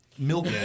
Milk